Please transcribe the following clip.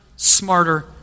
smarter